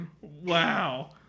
Wow